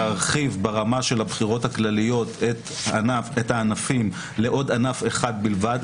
להרחיב ברמה של הבחירות הכלליות את הענפים לעוד ענף אחד בלבד,